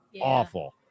awful